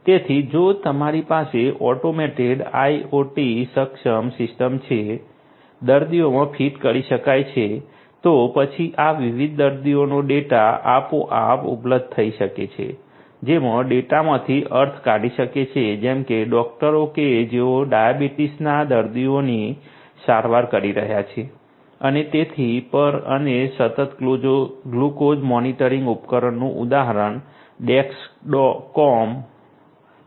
તેથી જો તમારી પાસે ઓટોમેટેડ IOT સક્ષમ સિસ્ટમ છે દર્દીઓમાં ફીટ કરી શકાય છે તો પછી આ વિવિધ દર્દીઓનો ડેટા આપોઆપ ઉપલબ્ધ થઈ શકે છે જેઓ ડેટામાંથી અર્થ કાઢી શકે છે જેમ કે ડોકટરો કે જેઓ ડાયાબિટીસના દર્દીઓની સારવાર કરી રહ્યા છે અને તેથી પર અને સતત ગ્લુકોઝ મોનિટરિંગ ઉપકરણનું ઉદાહરણ ડેક્સકોમ છે